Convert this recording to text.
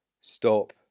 stop